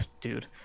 dude